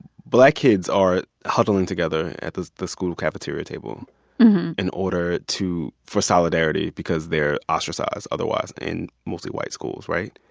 black kids are huddling together at the the school cafeteria table in order to for solidarity because they're ostracized otherwise in mostly white schools, right?